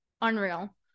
unreal